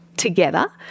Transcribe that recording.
Together